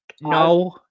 no